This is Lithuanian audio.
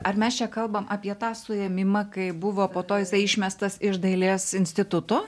ar mes čia kalbam apie tą suėmimą kai buvo po to jisai išmestas iš dailės instituto